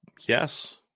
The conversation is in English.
Yes